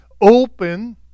open